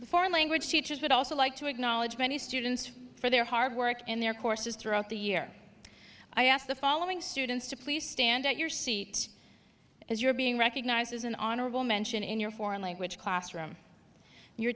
the foreign language teachers would also like to acknowledge many students for their hard work in their courses throughout the year i ask the following students to please stand at your seat as you're being recognized as an honorable mention in your foreign language classroom your